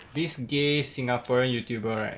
this gay singaporean YouTuber right